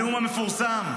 הנאום המפורסם.